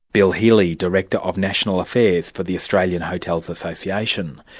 bill healey, director of national affairs for the australian hotels association.